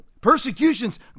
persecution's